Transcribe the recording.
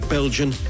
Belgian